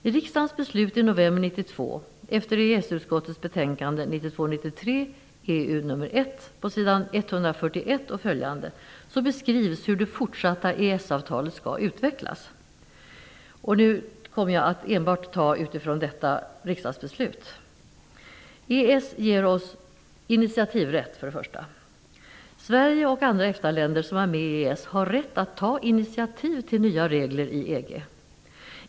I riksdagens beslut i november 1992, efter EES-utskottets betänkande 1992/93:EU1 på s. 141 och framåt beskrivs hur det fortsatta EES-avtalet skall utvecklas. EES ger oss, enligt riksdagsbeslutet i november 1992, följande möjligheter att påverka: För det första: EES-avtalet ger oss initiativrätt. Sverige och andra EFTA-länder som är med i EES har rätt att ta initiativ till nya regler i EG.